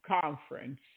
conference